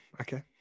Okay